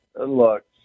Look